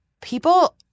people